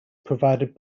provided